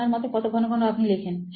আপনার মতে কত ঘন ঘন আপনি লেখেন